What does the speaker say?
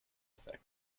effect